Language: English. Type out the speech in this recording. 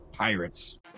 Pirates